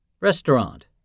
Restaurant